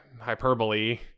hyperbole